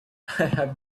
have